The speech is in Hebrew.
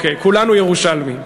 כולנו ירושלמים.